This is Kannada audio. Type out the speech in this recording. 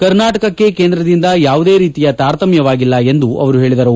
ಕರ್ನಾಟಕಕ್ಕೆ ಕೇಂದ್ರದಿಂದ ಯಾವುದೇ ರೀತಿಯ ತಾರತಮ್ಯವಾಗಿಲ್ಲ ಎಂದು ಅವರು ಹೇಳಿದರು